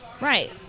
Right